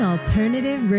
Alternative